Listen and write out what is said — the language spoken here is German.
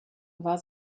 war